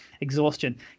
exhaustion